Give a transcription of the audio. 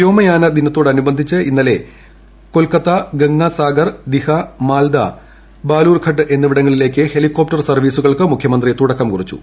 വ്യോമയാന ദിനത്തോടനുബന്ധിച്ച് ഇന്നലെ കൊൽക്കത്ത ഗംഗാ സാഗർ ദിഹാ മാൽദ ബാലൂർഘട്ട് എന്നിവിടങ്ങളിലേക്ക് ഹെലികോപ്റ്റർ സർവീസുകൾക്ക് മുഖ്യമന്ത്രി തുടക്കം കുറിച്ചു